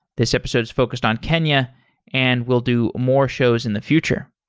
this episode is focused on kenya and we'll do more shows in the future.